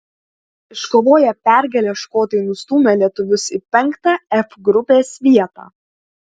iškovoję pergalę škotai nustūmė lietuvius į penktą f grupės vietą